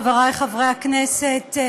חברי חברי הכנסת,